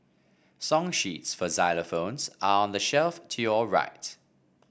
song sheets for xylophones are on the shelf to your right